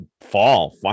fall